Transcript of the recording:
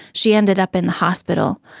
she ended up in the hospital,